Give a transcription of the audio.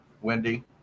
Wendy